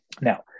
Now